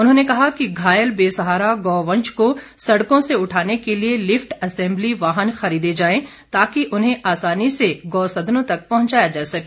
उन्होंने कहा कि घायल बेसहारा गौवंश को सड़कों से उठाने के लिए लिफट असेंबली वाहन खरीदे जाएं ताकि उन्हें आसानी से गौसदनों तक पहुंचाया जा सके